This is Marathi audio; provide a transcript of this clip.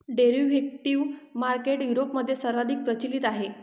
डेरिव्हेटिव्ह मार्केट युरोपमध्ये सर्वाधिक प्रचलित आहे